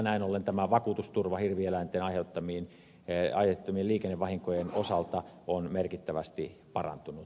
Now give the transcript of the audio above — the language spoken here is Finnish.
näin ollen tämä vakuutusturva hirvieläinten aiheuttamien liikennevahinkojen osalta on merkittävästi parantunut